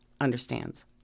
understands